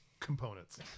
Components